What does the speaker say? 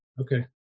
Okay